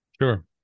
Sure